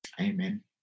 Amen